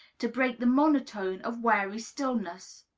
to break the monotone of weary stillness.